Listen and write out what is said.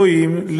רואים,